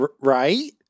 Right